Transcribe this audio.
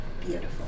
Beautiful